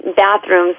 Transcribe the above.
bathrooms